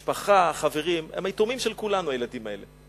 משפחה, חברים, הם היתומים של כולנו, הילדים האלה,